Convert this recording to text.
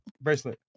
Bracelet